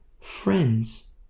friends